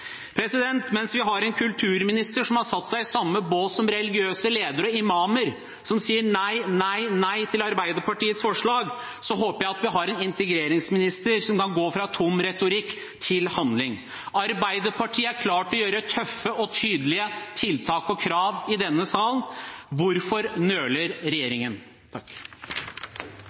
Mens vi har en kulturminister som har satt seg i samme bås som religiøse ledere og imamer, som sier nei, nei, nei til Arbeiderpartiets forslag, håper jeg vi har en integreringsminister som går fra tom retorikk til handling. Arbeiderpartiet i denne sal er klar til å sette inn tøffe og tydelige tiltak og krav. Hvorfor nøler regjeringen? Vi lever i